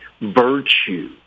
virtue